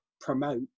promote